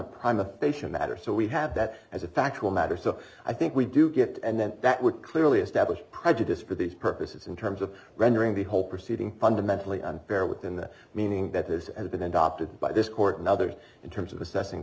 a prime a patient matter so we have that as a factual matter so i think we do get it and then that would clearly establish prejudice for these purposes in terms of rendering the whole proceeding fundamentally unfair within the meaning that has has been adopted by this court and others in terms of assessing